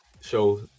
show